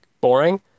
boring